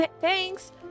Thanks